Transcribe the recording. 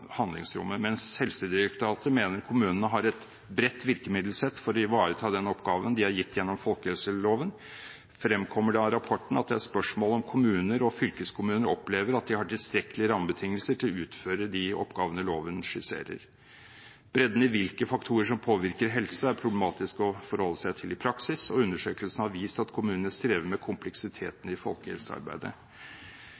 handlingsrommet. Mens Helsedirektoratet mener kommunene har «et bredt virkemiddelsett for å ivareta den oppgaven de er gitt gjennom folkehelseloven», fremkommer det av rapporten at «det er et spørsmål om kommuner og fylkeskommuner opplever at de har tilstrekkelige rammebetingelser til å utføre de oppgavene loven skisserer.» Bredden i hvilke faktorer som påvirker helse, er problematisk å forholde seg til i praksis, og undersøkelsen har vist at kommunene strever med kompleksiteten